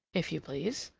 if you please,